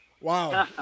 Wow